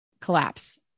collapse